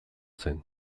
zen